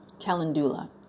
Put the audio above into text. calendula